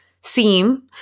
seem